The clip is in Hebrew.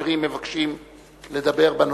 החברים מבקשים לדבר בנושא.